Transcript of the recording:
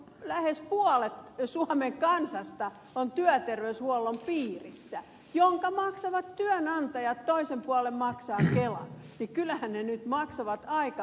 lähes puolet suomen kansasta on työterveyshuollon piirissä jonka maksavat työnantajat toisen puolen maksaa kela joten kyllähän työnantajat nyt maksavat aika paljon